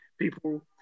people